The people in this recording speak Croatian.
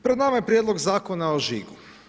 Pred nama je Prijedlog zakona o žigu.